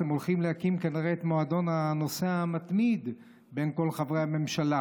הם הולכים להקים כנראה את מועדון הנוסע המתמיד בין כל חברי הממשלה,